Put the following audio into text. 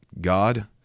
God